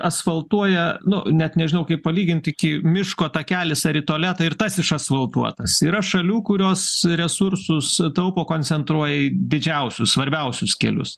asfaltuoja nu net nežinau kaip palygint iki miško takelis ar į tualetą ir tas išasfaltuotas yra šalių kurios resursus taupo koncentruoja į didžiausius svarbiausius kelius